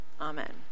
Amen